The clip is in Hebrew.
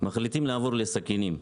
מחליטים לעבור לסכינים,